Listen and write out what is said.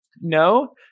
No